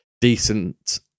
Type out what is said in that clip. decent